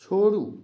छोड़ू